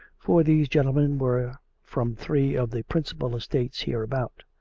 for these gentlemen were from three of the principal estates here about.